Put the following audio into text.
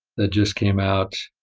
that just came out,